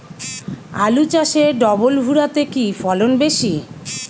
আলু চাষে ডবল ভুরা তে কি ফলন বেশি?